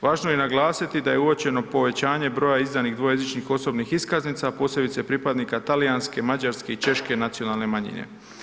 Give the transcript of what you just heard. Važno je naglasiti da je uočeno povećanje broja izdanih dvojezičnih osobnih iskaznica posebice pripadnika talijanske, mađarske i češke nacionalne manjine.